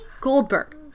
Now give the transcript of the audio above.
Goldberg